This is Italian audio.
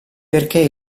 perché